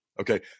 okay